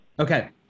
Okay